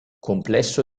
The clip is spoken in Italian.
complesso